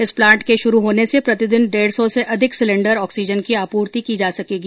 इस प्लॉट के शुरू होने से प्रतिदिन डेढ सौ से अधिक सिलेण्डर ऑक्सीजन की आपूर्ति की जा सकेगी